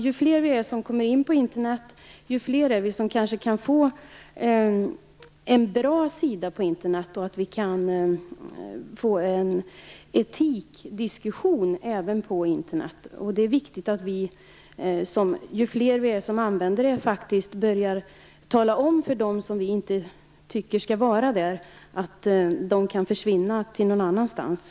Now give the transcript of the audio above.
Ju fler vi är som kommer in på Internet, desto fler är vi som kan få fram en bra sida av Internet. Vi kan få en etikdiskussion även på Internet. Ju fler vi är som använder Internet desto viktigare är det faktiskt att vi börjar tala om för dem som vi inte tycker skall vara där att de kan försvinna någon annanstans.